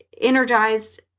energized